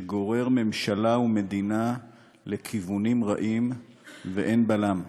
שגורר ממשלה ומדינה לכיוונים רעים ואין בלם.